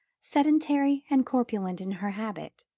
sedentary and corpulent in her habit,